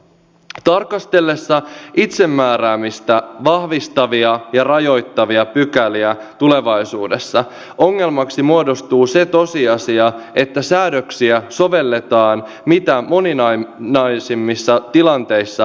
tarkastellessa itsemääräämistä vahvistavia ja rajoittavia pykäliä tulevaisuudessa ongelmaksi muodostuu se tosiasia että säädöksiä sovelletaan mitä moninaisimmissa tilanteissa oleviin ihmisiin